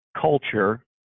culture